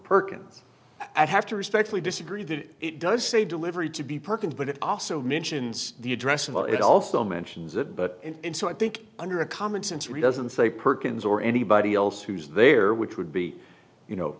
perkins i have to respectfully disagree that it does say delivery to be perfect but it also mentions the addressable it also mentions it but i think under a common sense re doesn't say perkins or anybody else who's there which would be you know